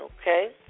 Okay